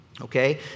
okay